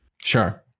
Sure